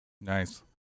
Nice